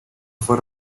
fue